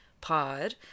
pod